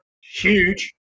huge